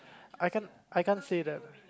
I can't I can't say that